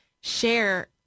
share